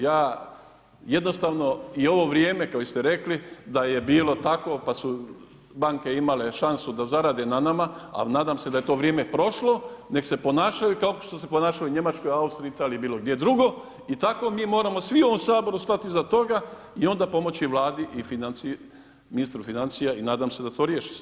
Ja jednostavno i ovo vrijeme koje ste rekli da je bilo tako pa su banke imale šansu da zarade na nama, ali nadam se da je to vrijeme prošlo nek se ponašaju kako što su se ponašali u Njemačkoj, Austriji, Italiji bilo gdje drugo i tako mi moramo svi u ovom Saboru stati iza toga i onda pomoći Vladi i ministru financija i nadam se da to riješi se.